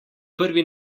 prvi